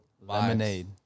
Lemonade